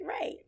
right